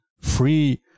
free